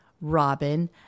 Robin